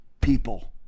people